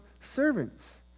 servants